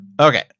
Okay